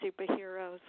superheroes